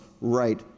right